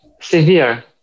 severe